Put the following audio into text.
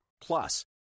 Plus